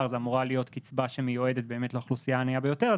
זו אמורה להיות קצבה שמיועדת באמת לאוכלוסייה הענייה ביותר,